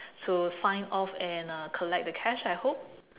to sign off and uh collect the cash I hope